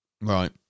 right